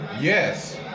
Yes